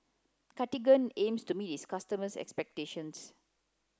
Cartigain aims to meet its customers' expectations